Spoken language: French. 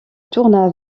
tourna